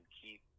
keep